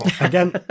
Again